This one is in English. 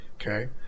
okay